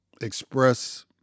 express